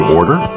order